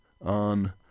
on